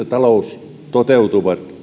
talous toteutuvat